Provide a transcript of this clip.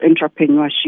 entrepreneurship